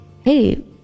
hey